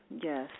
yes